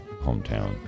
hometown